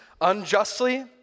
unjustly